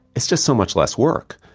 it's just so much less work.